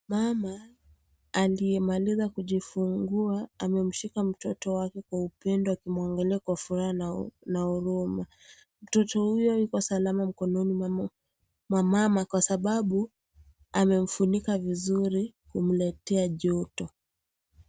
Mama, akimaliza kujifungua amemshika mtoto wake kwa upendo akimwangalia kwa furaha na huruma. Mtoto huyo yuko salama mkononi mwa mama kwa sababu amemfunika vizuri kumletea joto.